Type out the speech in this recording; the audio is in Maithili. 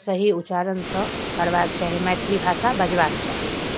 सही उच्चारणसँ करबाक चाही मैथिली भाषा बजबाक चाही